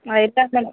ಹಾಂ ಇರ್ತದೆ